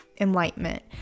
enlightenment